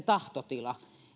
tahtotila